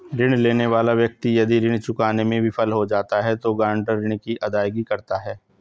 ऋण लेने वाला व्यक्ति यदि ऋण चुकाने में विफल होता है तो गारंटर ऋण की अदायगी करता है